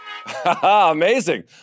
Amazing